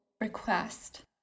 request